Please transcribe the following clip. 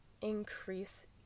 increase